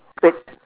wait